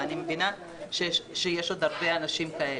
ואני מבינה שיש עוד הרבה אנשים כאלה,